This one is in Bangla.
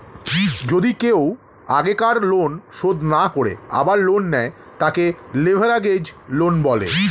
যদি কেও আগেকার লোন শোধ না করে আবার লোন নেয়, তাকে লেভেরাগেজ লোন বলে